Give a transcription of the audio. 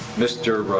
mr.